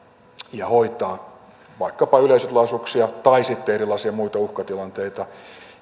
ja hoitaa vaikkapa yleisötilaisuuksia tai sitten erilaisia muita uhkatilanteita